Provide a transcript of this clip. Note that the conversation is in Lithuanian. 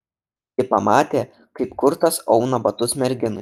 ji pamatė kaip kurtas auna batus merginai